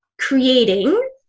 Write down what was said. creating